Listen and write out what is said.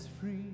free